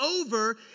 over